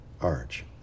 arch